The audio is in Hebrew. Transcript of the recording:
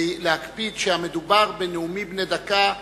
להקפיד שמדובר בנאומים דקה.